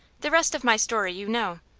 the rest of my story you know.